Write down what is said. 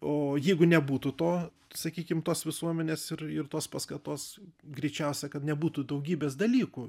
o jeigu nebūtų to sakykim tos visuomenės ir ir tos paskatos greičiausia kad nebūtų daugybės dalykų